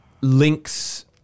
links